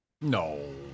no